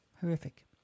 Horrific